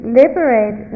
liberate